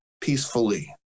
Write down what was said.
peacefully